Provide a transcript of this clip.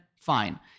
fine